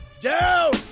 down